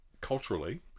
culturally